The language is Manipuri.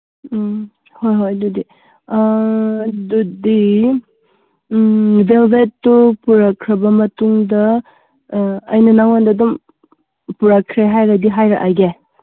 ꯎꯝ ꯍꯣꯏ ꯍꯣꯏ ꯑꯗꯨꯗꯤ ꯑꯗꯨꯗꯤ ꯚꯦꯜꯚꯦꯠꯇꯨ ꯄꯨꯔꯛꯈ꯭ꯔꯕ ꯃꯇꯨꯡꯗ ꯑꯩꯅ ꯅꯉꯣꯟꯗ ꯑꯗꯨꯝ ꯄꯨꯔꯛꯈ꯭ꯔꯦ ꯍꯥꯏꯔꯗꯤ ꯍꯥꯏꯔꯛꯑꯒꯦ